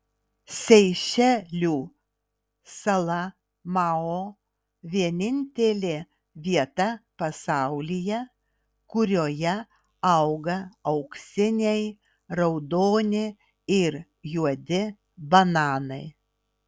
seišelių sala mao vienintelė vieta pasaulyje kurioje auga auksiniai raudoni ir juodi bananai